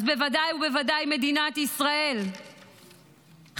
אז ודאי וודאי מדינת ישראל חייבת,